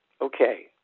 Okay